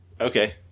Okay